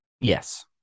Yes